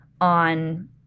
on